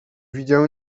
widział